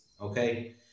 Okay